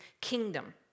kingdom